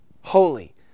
holy